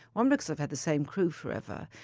one, because i've had the same crew forever.